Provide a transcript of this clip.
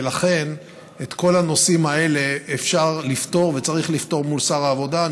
ולכן את כל הנושאים האלה אפשר לפתור וצריך לפתור מול שר העבודה.